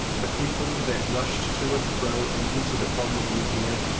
a people that rushed to and fro and entered upon the new year,